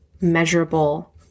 measurable